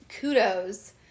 kudos